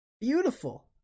beautiful